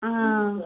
आं